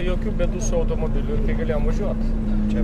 jokių bėdų su automobiliu tai galėjom važiuot čia